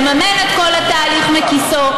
לממן את כל התהליך מכיסו.